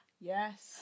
Yes